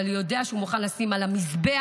אבל יודע שהוא מוכן לשים על המזבח,